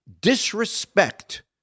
disrespect